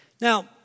Now